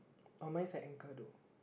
oh mine is a anchor though